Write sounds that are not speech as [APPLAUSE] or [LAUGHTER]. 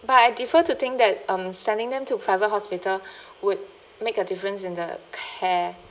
but I defer to think that um sending them to private hospital [BREATH] would make a difference in the care